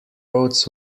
roads